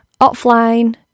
offline